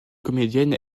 comédienne